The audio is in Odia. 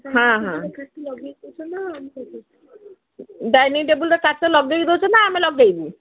ହଁ ହଁ ଡାଇନିଂ ଟେବୁଲ୍ର କାଚ ଲଗାଇକି ଦଉଛ ନା ଆମେ ଲଗାଇବୁ